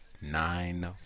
nine